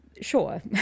Sure